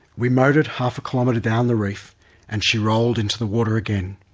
we motored half a kilometre down the reef and she rolled into the water again.